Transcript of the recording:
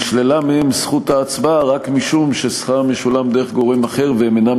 ונשללה מהם זכות ההצבעה רק משום ששכרם משולם דרך גורם אחר והם אינם